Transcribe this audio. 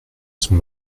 son